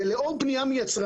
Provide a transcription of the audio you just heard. זה חלק מנהלים,